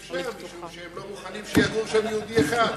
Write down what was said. אי-אפשר, מפני שהם לא מוכנים שיגור שם יהודי אחד.